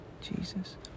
Jesus